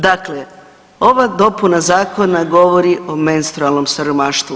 Dakle, ova dopuna zakona govori o menstrualnom siromaštvu.